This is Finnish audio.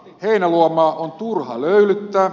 heinäluomaa on turha löylyttää